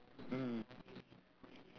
mm